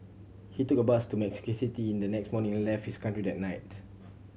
he took a bus to Mexico City in the next morning and left his country that night